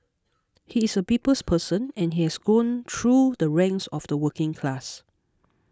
he is a people's person and he has grown through the ranks of the working class